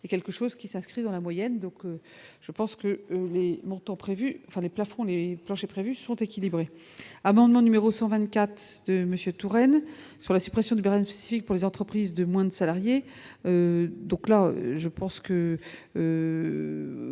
et quelque chose qui s'inscrit dans la moyenne, donc je pense que montant prévu sur les plafonds et planchers prévus sont équilibrés amendement numéro 124 Monsieur Touraine sur la suppression de grève civique pour les entreprises de moins de salariés, donc là je pense.